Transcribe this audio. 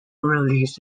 release